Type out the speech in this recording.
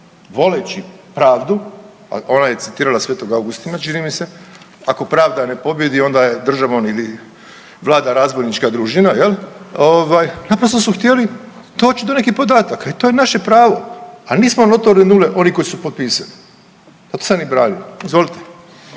voleći pravdu, a ona je citirala Svetog Augustina čini mi se, ako pravda ne pobjedi onda državom vlada razbojnička družina jel ovaj, naprosto su htjeli doć do nekih podataka i to je naše pravo, al mi smo notorne nule oni koji su potpisali zato sam ih i branio. Izvolite.